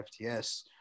fts